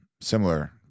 similar